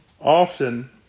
often